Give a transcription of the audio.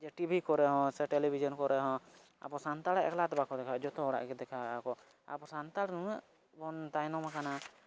TV ᱠᱚᱨᱮᱦᱚᱸ ᱥᱮ television ᱠᱚᱨᱮᱦᱚᱸ ᱟᱵᱚ ᱥᱟᱱᱛᱟᱲᱟᱜ ᱮᱠᱞᱟ ᱫᱚ ᱵᱟᱝᱠᱚ ᱫᱮᱠᱷᱟᱣᱮᱫᱟ ᱡᱚᱛᱚ ᱦᱚᱲᱟᱜ ᱜᱮ ᱫᱮᱠᱷᱟᱣᱮᱫᱟ ᱠᱚ ᱟᱵᱚ ᱥᱟᱱᱛᱟᱲ ᱱᱩᱱᱟᱹᱜ ᱵᱚᱱ ᱛᱟᱭᱱᱚᱢᱟᱠᱟᱱᱟ